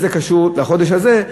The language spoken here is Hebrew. וזה קשור לחודש הזה.